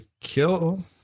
Kill